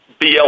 BL